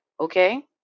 okay